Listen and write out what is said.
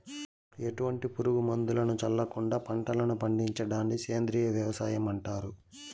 ఎటువంటి పురుగు మందులను చల్లకుండ పంటలను పండించడాన్ని సేంద్రీయ వ్యవసాయం అంటారు